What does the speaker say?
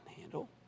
Handle